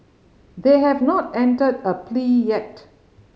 they have not entered a plea yet